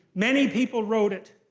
many people wrote it.